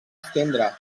estendre